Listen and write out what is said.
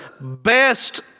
best